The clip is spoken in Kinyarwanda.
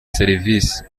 serivisi